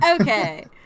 Okay